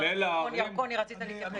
ירקוני, רצית להתייחס.